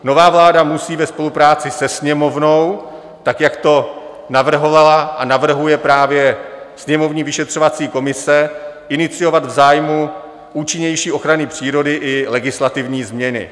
Nová vláda musí ve spolupráci se Sněmovnou tak, jak to navrhovala a navrhuje právě sněmovní vyšetřovací komise, iniciovat v zájmu účinnější ochrany přírody i legislativní změny.